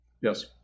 Yes